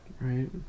Right